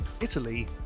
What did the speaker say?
Italy